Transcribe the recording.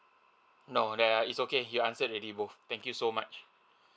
no that err is okay you answered already both thank you so much